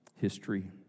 history